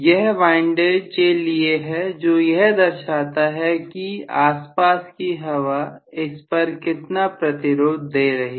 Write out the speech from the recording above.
यह वाइंडेज के लिए है जो यह दर्शाता है कि आसपास की हवा इस पर कितना प्रतिरोध दे रही है